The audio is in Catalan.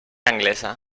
anglesa